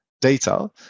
data